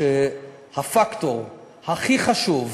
הפקטור הכי חשוב,